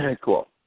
cool